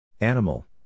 Animal